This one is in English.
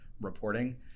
reporting